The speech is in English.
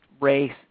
race